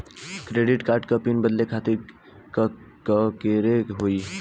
Debit card क PIN बदले खातिर का करेके होई?